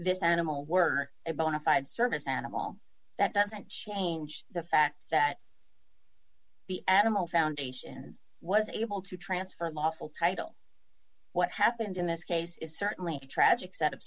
this animal were a bona fide service animal that doesn't change the fact that the animal foundation was able to transfer lawful title what happened in this case is certainly a tragic set